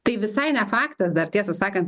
tai visai ne faktas dar tiesą sakant